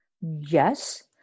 Yes